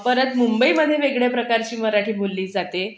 परत मुंबईमध्ये वेगळ्या प्रकारची मराठी बोलली जाते